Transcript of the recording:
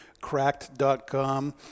cracked.com